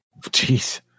Jeez